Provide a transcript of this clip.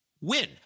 Win